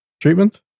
treatment